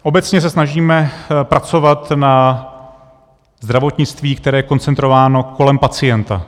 Obecně se snažíme pracovat na zdravotnictví, které je koncentrováno kolem pacienta.